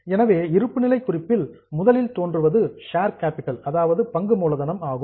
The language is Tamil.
எனவே இருப்புநிலை குறிப்பில் முதலில் தோன்றுவது ஷேர் கேப்பிட்டல் பங்கு மூலதனம் ஆகும்